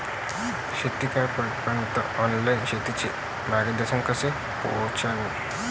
शेतकर्याइपर्यंत ऑनलाईन शेतीचं मार्गदर्शन कस पोहोचन?